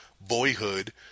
Boyhood